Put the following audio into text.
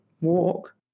walk